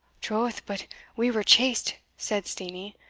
troth, but we were chased, said steenie,